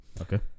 Okay